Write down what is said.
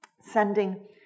sending